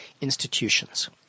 institutions